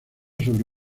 sobre